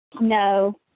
No